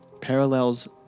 Parallels